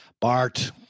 Bart